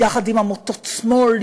יחד עם עמותות שמאל,